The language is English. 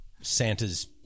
Santa's